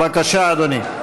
בבקשה, אדוני.